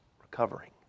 recovering